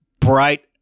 bright